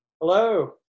Hello